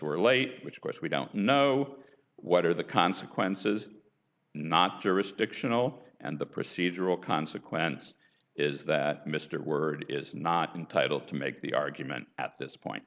were late which of course we don't know what are the consequences not jurisdictional and the procedural consequence is that mr word is not entitled to make the argument at this point